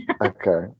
Okay